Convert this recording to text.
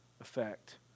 effect